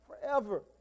forever